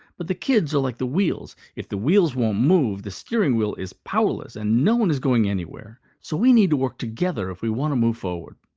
but the kids are like the wheels. if the wheels won't move, the steering wheel is powerless and no one is going anywhere. so we need to work together if we want to move forward.